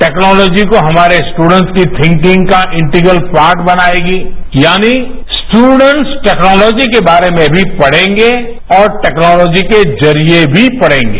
technology को हमारे students की थिंकिंग का इंटीगल पार्ट बनाएगी यानी स्टूडेंट्स टैक्नोलॉजी के बारे में मी पढ़ेंगे और टैक्नोलॉजी के जरिये भी पढ़ेगे